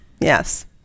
yes